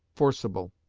forcible.